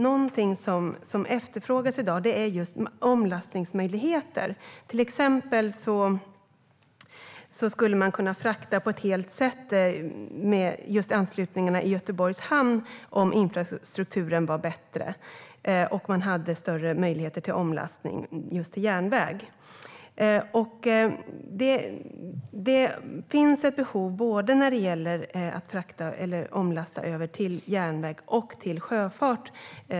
Något som efterfrågas i dag är omlastningsmöjligheter. Man skulle till exempel kunna frakta ett helt set om infrastrukturen var bättre och man hade större möjligheter till omlastning till just järnväg. Vi behöver tillgodose behoven när det gäller att lasta om både till järnväg och till sjöfart.